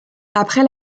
après